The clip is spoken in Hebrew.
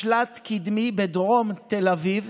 עשינו משל"ט קדמי בדרום תל אביב